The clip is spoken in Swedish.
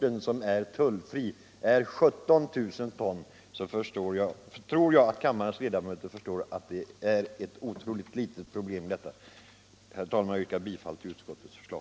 den tullfria importen omfattar 17 000 ton, så tror jag att kammarens ledamöter förstår att detta är ett otroligt ringa problem. Herr talman! Jag yrkar bifall till utskottets förslag.